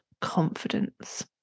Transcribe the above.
confidence